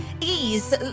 ease